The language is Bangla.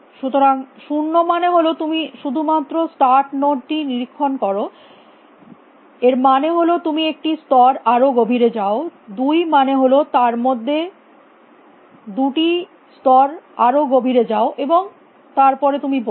সুতরাং শূন্য মানে হল তুমি শুধুমাত্র স্টার্ট নোড টি নিরীক্ষণ করো এক মানে হল তুমি একটি স্তর আরো গভীরে যাও দুই মানে হল তার মধ্যে দুটি স্তর আরো গভীরে যাও এবং তার পরে তুমি বলছ